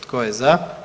Tko je za?